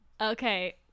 Okay